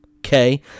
Okay